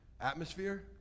Atmosphere